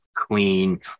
clean